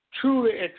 truly